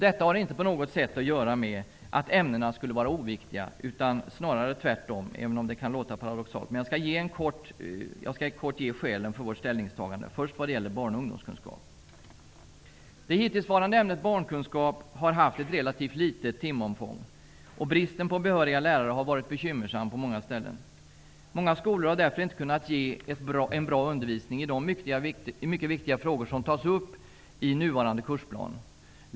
Detta har inte på något sätt att göra med att ämnena skulle vara oviktiga, snarare tvärtom, även om det kan låta paradoxalt. Jag skall kort ge skälen till vårt ställningstagande, först vad gäller barn och ungdomskunskap. Det hittillsvarande ämnet barnkunskap har haft ett relativt litet timomfång. Bristen på behöriga lärare har varit bekymmersam på många ställen. Många skolor har därför inte kunnat ge en bra undervisning i de mycket viktiga frågor som tas upp i nuvarande kursplan.